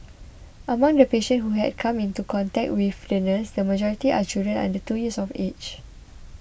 among the patients who had come into contact with the nurse the majority are children under two years of age